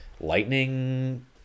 lightning